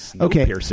Okay